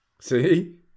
See